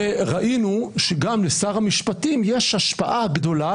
ראינו שגם לשר המשפטים יש השפעה גדולה,